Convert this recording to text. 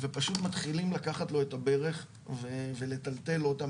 ופשוט מתחילים לקחת לו את הברך ולטלטל אותה